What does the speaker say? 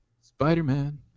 Spider-Man